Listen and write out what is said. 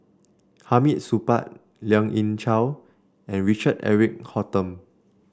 Hamid Supaat Lien Ying Chow and Richard Eric Holttum